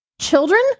children